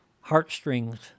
heartstrings